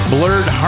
Blurred